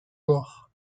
noire